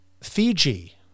Fiji